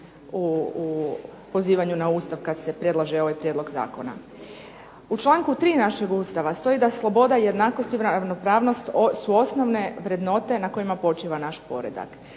u pozivanju na Ustav kad se predlaže ovaj prijedlog zakona. U članku 3. našeg Ustava stoji da sloboda, jednakost i ravnopravnost su osnovne vrednote na kojima počiva naš poredak.